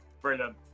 Brilliant